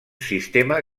sistema